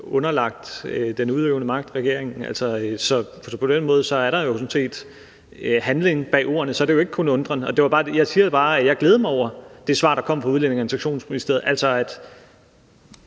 underlagt den udøvende magt, regeringen, så på den måde er der sådan set handling bag ordene, så er det jo ikke kun undren. Jeg sagde bare, at jeg glæder mig over det svar, der kom fra Udlændinge- og Integrationsministeriet,